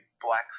black